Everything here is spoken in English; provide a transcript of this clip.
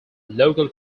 local